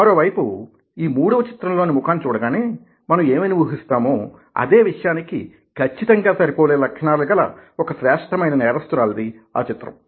మరోవైపు ఈ మూడవ చిత్రం లోని ముఖాన్ని చూడగానే మనం ఏమని ఊహిస్తామో అదే విషయానికి ఖచ్చితంగా సరిపోలే లక్షణాలు గల ఒక శ్రేష్టమైన నేరస్తురాలిది ఆ చిత్రం